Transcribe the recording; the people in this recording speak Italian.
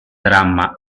dramma